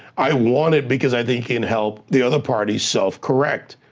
i want it because i think it can help the other parties self-correct.